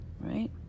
right